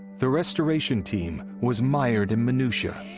the restoration team was mired in minutiae.